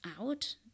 out